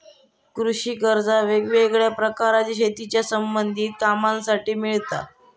कृषि कर्जा वेगवेगळ्या प्रकारची शेतीच्या संबधित कामांसाठी मिळता